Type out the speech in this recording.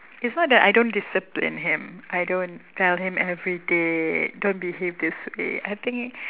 it's not that I don't discipline him I don't tell him every day don't behave this way I think